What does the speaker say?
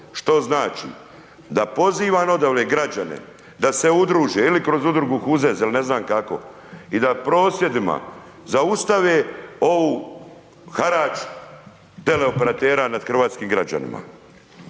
Što znači, da pozivam odavde građane, da se udruže, ili kroz udrugu …/Govornik se ne razumije./… ili ne znam kako i da prosvjedima zaustave ovu harač, teleoperatera nad hrvatskim građanima.